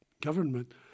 government